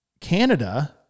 Canada